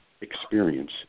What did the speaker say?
experience